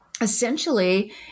essentially